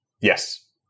Yes